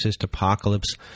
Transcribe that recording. Apocalypse